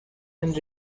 and